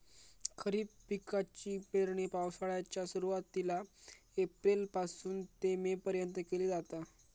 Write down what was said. खरीप पिकाची पेरणी पावसाळ्याच्या सुरुवातीला एप्रिल पासून ते मे पर्यंत केली जाता